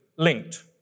linked